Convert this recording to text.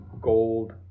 gold